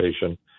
patient